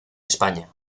españa